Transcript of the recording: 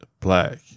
Black